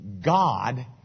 God